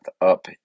up